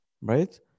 right